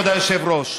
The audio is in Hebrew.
כבוד היושב-ראש.